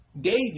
David